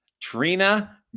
Trina